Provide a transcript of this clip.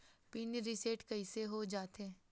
Pin reset कइसे हो जाथे?